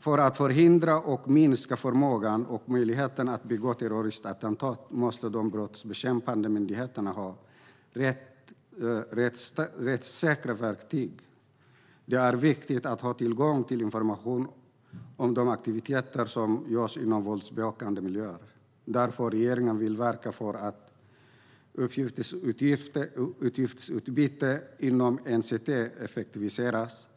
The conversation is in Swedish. För att förhindra och minska förmågan och möjligheten att utföra terroristattentat måste de brottsbekämpande myndigheterna ha rättssäkra verktyg. Det är viktigt att ha tillgång till information om de aktiviteter som sker inom våldsbejakande miljöer. Därför vill regeringen verka för att uppgiftsutbytet inom NCT effektiviseras.